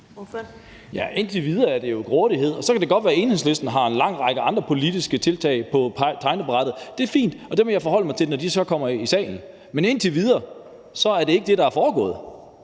Indtil videre er det jo grådighed. Så kan det godt være, at Enhedslisten har en lang række andre politiske tiltag på tegnebrættet – det er fint, og dem vil jeg forholde mig til, når de kommer i salen. Men indtil videre er det ikke det, der er foregået,